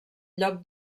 lloc